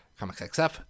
comicsxf